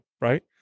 right